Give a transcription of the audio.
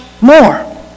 more